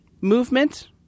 movement